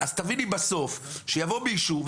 אז תביני בסוף שיבוא מישהו,